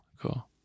cool